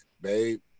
babe